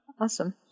Awesome